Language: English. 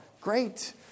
great